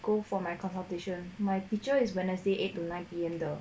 go for my consultation my teacher is wednesday eight to nine P_M 的